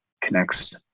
connects